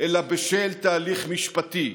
אלא בשל תהליך משפטי.